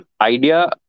idea